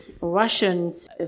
Russians